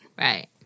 Right